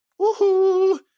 woohoo